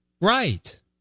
Right